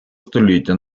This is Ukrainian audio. століття